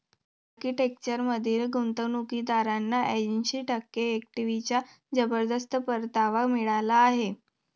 आर्किटेक्चरमधील गुंतवणूकदारांना ऐंशी टक्के इक्विटीचा जबरदस्त परतावा मिळाला आहे